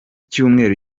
cyumweru